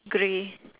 grey